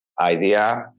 idea